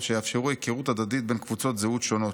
שיאפשרו היכרות הדדית בין קבוצות זהות שונות.